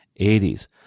80s